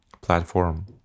platform